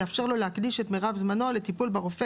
יאפשר לו להקדיש את מרב זמנו לטיפול בחולה